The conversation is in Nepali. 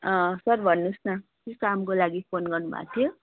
अँ सर भन्नुहोस् न के कामको लागि फोन गर्नुभएको थियो